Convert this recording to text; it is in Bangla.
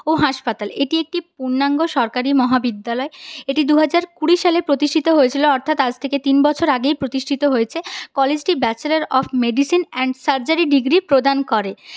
ও হাসপাতাল একটি একটি পূর্ণাঙ্গ সরকারি মহাবিদ্যালয় এটি দুহাজার কুড়ি সালে প্রতিষ্ঠিত হয়েছিলো অর্থাৎ আজ থেকে তিন বছর আগেই প্রতিষ্ঠিত হয়েছে কলেজটি bachelor of medicine and surgery degree প্রদান করে